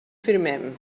firmem